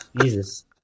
Jesus